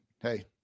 hey